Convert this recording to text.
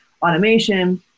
automation